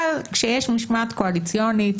אבל כשיש משמעת קואליציונית,